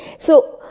so,